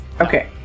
Okay